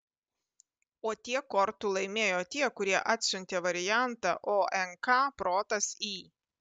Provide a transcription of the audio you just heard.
o tiek kortų laimėjo tie kurie atsiuntė variantą o n k protas i